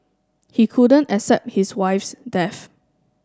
he couldn't accept his wife's death